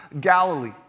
Galilee